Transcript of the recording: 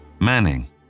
Manning